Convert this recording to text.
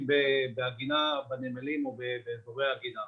בעגינה בנמלים או באזורי העגינה.